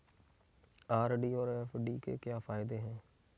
RD और FD के क्या फायदे हैं?